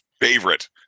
favorite